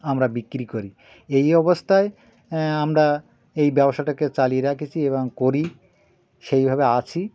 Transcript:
আমরা বিক্রি করি এই অবস্থায় আমরা এই ব্যবসাটাকে চালিয়ে রেখেছি এবং করি সেইভাবে আছি